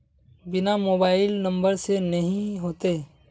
बिना mobile number से नहीं होते?